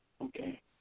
Okay